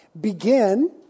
begin